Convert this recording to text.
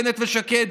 בנט ושקד,